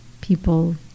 people